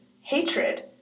hatred